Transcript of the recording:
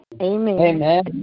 Amen